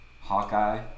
Hawkeye